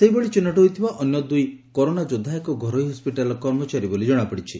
ସେହିଭଳି ଚିହ୍ବଟ ହୋଇଥିବା ଅନ୍ୟ ଦୁଇ କରୋନା ଯୋବ୍ଧା ଏକ ଘରୋଇ ହସ୍ୱିଟାଲ୍ର କର୍ମଚାରୀ ବୋଲି ଜଣାପଡ଼ିଛି